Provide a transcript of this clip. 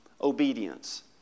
obedience